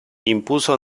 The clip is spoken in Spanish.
impuso